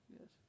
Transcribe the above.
Yes